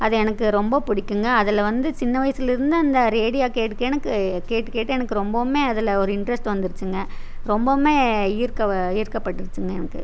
அது எனக்கு ரொம்ப பிடிக்குங்க அதில் வந்து சின்ன வயசுலேருந்து அந்த ரேடியோ கேட்டுக்கே எனக்கு கேட்டு கேட்டு எனக்கு ரொம்பவுமே அதில் ஒரு இன்ட்ரெஸ்ட் வந்துடுச்சுங்க ரொம்பவுமே ஈர்க்க ஈர்க்கப்பட்டிருச்சுங்க எனக்கு